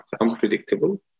unpredictable